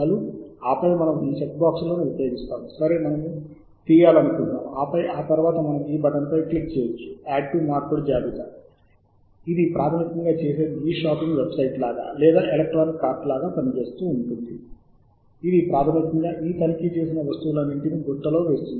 మరియు ఆ జాబితాలు మీకు ఇక్కడ చూపించబడతాయి మరియు నేను ఇప్పుడే పేరు ఇచ్చానని మీరు చూడవచ్చు ఈ సాహిత్యం కోసం RSP మెల్ట్ స్పిన్నింగ్ 2 అని పేరు ఇచ్చాను మరియు ప్రస్తుతం సేవ్ చేయడానికి నేను 8 ప్రచురణలను మాత్రమే గుర్తించాను